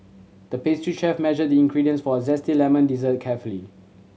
the pastry chef measured the ingredients for a zesty lemon dessert carefully